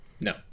no